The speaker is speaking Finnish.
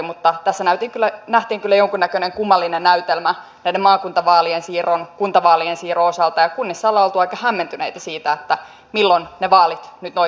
mutta tässä nähtiin kyllä jonkunnäköinen kummallinen näytelmä näiden maakuntavaalien siirron kuntavaalien siirron osalta ja kunnissa ollaan oltu aika hämmentyneitä siitä milloin ne vaalit nyt oikein pidetään